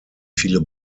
viele